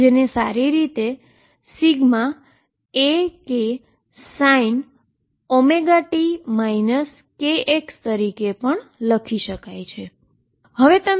જેને સારી રીતે AkSinωt kxતરીકે પણ લખી શકાય છે